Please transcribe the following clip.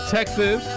Texas